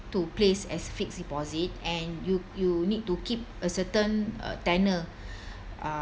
to place as fixed deposit and you you need to keep a certain uh tenure uh